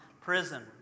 prison